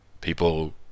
People